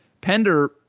Pender